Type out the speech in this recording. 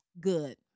good